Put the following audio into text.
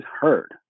heard